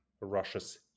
Russia's